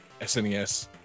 SNES